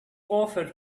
offered